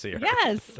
Yes